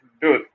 dude